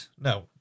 No